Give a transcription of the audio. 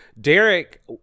Derek